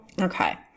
Okay